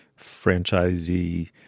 franchisee